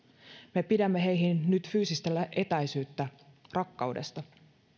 me pidämme heihin nyt fyysistä etäisyyttä rakkaudesta